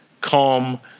calm